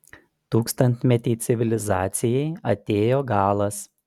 tūkstantmetei civilizacijai atėjo galas